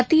மத்திய